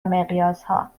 مقیاسها